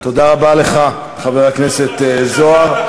תודה רבה לך, חבר הכנסת זוהר.